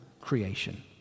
creation